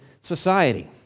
society